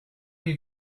you